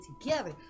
together